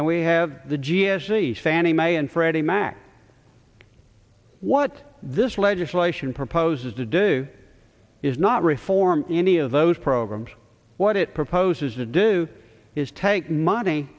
and we have the g s t fannie mae and freddie mac what this legislation proposes to do is not reform any of those programs what it proposes to do is take money